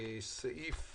סעיף